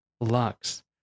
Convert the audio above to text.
Lux